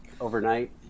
overnight